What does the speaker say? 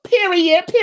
period